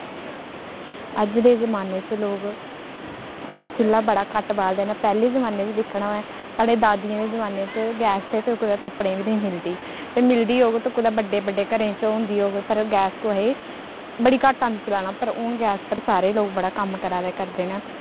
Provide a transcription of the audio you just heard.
अज्ज दे जमान्ने च लोग चु'ल्ला बड़ा घट्ट बालदे न पैह्ले जमान्ने च दिक्खना होऐ साढ़े दादियें दे जमान्ने च गैस ते कुतै तुप्पने बी निं ही मिलदी भाई मिलदी होग ते कुदै बड्डे बड्डे घरें च होंदी होग पर गैस कुसै गी बड़ी घट्ट औंदी चलाना पर हून गैस पर सारे लोग बड़ा कम्म करा दे करदे न